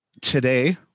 Today